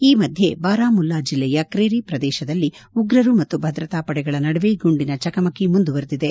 ಈ ಮಧ್ವೆ ಬಾರಾಮುಲ್ಲಾ ಜಿಲ್ಲೆಯ ಕ್ರಿರೀ ಪ್ರದೇಶದಲ್ಲಿ ಉಗ್ರರು ಮತ್ತು ಭದ್ರತಾ ಪಡೆಗಳ ನಡುವೆ ಗುಂಡಿನ ಚಕಮಕಿ ಮುಂದುವರಿದಿದೆ